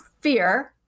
fear